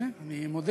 הנה, אני מודה.